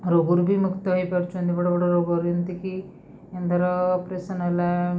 ରୋଗରୁ ବି ମୁକ୍ତ ହେଇପାରୁଛନ୍ତି ବଡ଼ ବଡ଼ ରୋଗ ରୁ ଏମିତିକି ଧର ଅପରେସନ ହେଲା